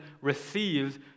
receives